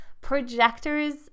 Projectors